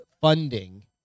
funding